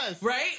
Right